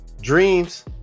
Dreams